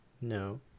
No